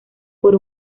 por